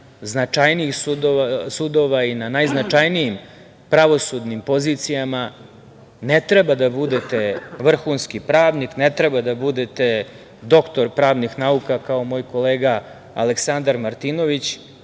najznačajnijih sudova i na najznačajnijim pravosudnim pozicijama, ne treba da budete vrhunski pravnik, ne treba da budete doktor pravnih nauka kao moj kolega Aleksandar Martinović